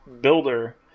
builder